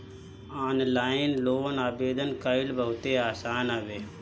online loan आवेदन कईल बहुते आसान हवे